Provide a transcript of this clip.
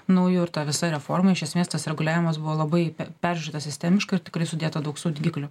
nauju ir ta visa reforma iš esmės tas reguliavimas buvo labai peržiūrėtas sistemiška ir tikrai sudėta daug saugiklių